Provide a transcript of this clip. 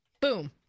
Boom